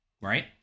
right